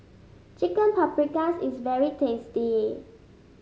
Chicken Paprikas is very tasty